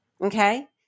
okay